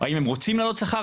האם הם רוצים להעלות שכר?